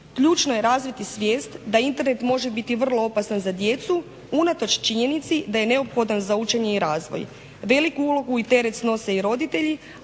Ključno je razviti svijest da Internet može biti vrlo opasan za djecu unatoč činjenici da je neophodan za učenje i razvoj. Veliku ulogu i teret snose i roditelji